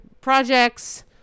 projects